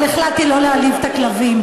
אבל החלטתי לא להעליב את הכלבים.